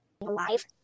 alive